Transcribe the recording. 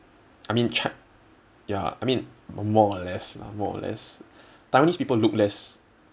I mean chi~ ya I mean more or less lah more or less taiwanese people look less